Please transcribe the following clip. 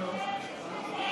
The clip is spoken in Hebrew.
ניגשים